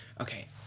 Okay